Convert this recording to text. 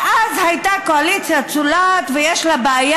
שאז הייתה קואליציה צולעת והייתה לה בעיה